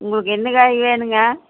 உங்களுக்கு என்ன காய் வேணுங்க